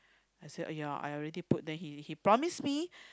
I said !aiya! I already put then he he promised me